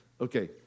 Okay